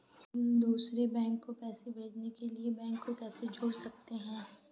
हम दूसरे बैंक को पैसे भेजने के लिए बैंक को कैसे जोड़ सकते हैं?